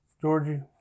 Georgie